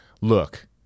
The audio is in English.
Look